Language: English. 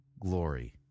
glory